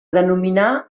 denominar